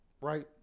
right